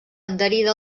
adherida